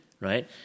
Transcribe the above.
right